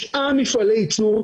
השפה המקצועית תכשירים,